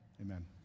Amen